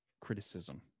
criticism